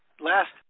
last